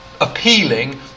appealing